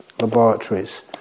Laboratories